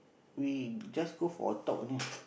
we just go for a talk only